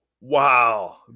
wow